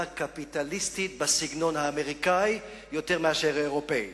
קפיטליסטית בסגנון האמריקני יותר מאשר האירופי.